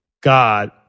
God